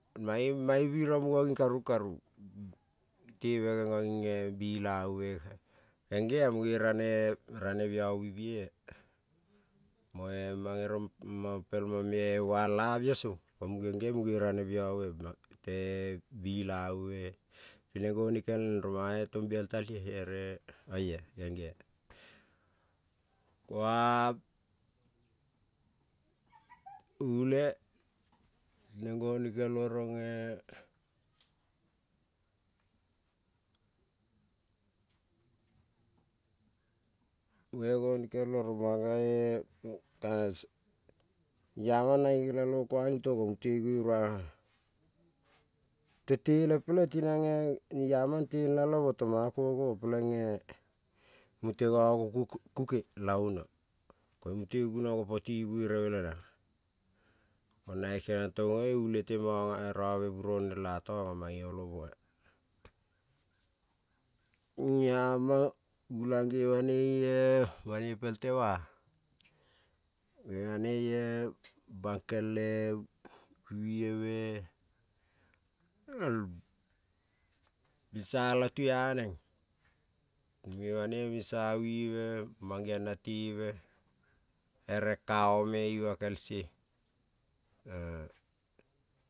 Mane muno nin karun, karun tere neno ning bilabu nene a mune rane biobu bi bie ko mane me wal a bio ong nene mune rane biobu ning bilabu, tinen gonikel nen rong mana tombiabe talioi ko a ule e neng goni kel mo ronge munge gonikel mo rongmange kasana iama nono nelalomo ping mo gueron abe tenelalo mo tong muta gogon kuke la unuo ko mute guno gopo ti buere be le nange kenion to ulete robe buron nel ato namane olomo. Iama gulan ne me banoi pel tema mune banoi e bankel wive me gerel bisa latua neng mune banoi bisa wive mangon na teve ere kao me ima kel se.